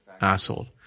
asshole